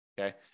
Okay